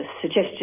suggestion